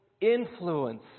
influence